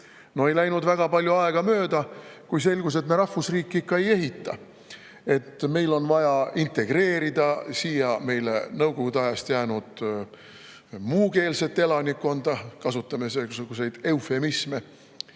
Ei läinud väga palju aega mööda, kui selgus, et me rahvusriiki ikka ei ehita, et meil on vaja integreerida Nõukogude ajast siia jäänud muukeelset elanikkonda – kasutame seesuguseid eufemisme